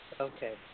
Okay